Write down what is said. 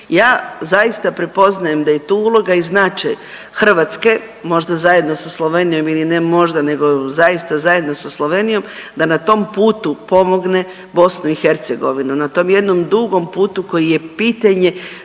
Ja zaista prepoznajem da je tu uloga i značaj Hrvatske možda zajedno sa Slovenijom ili ne možda nego zaista zajedno sa Slovenijom da na tom putu pomogne BiH, na tom jednom dugom putu koji je pitanje